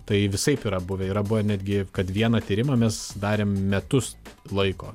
tai visaip yra buvę yra buvę netgi kad vieną tyrimą mes darėm metus laiko